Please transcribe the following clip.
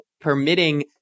permitting